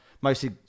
mostly